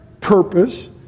purpose